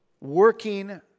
working